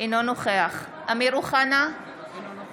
אינו נוכח אמיר אוחנה,